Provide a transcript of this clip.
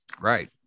right